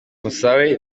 musabe